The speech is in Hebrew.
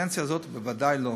בקדנציה הזאת בוודאי לא.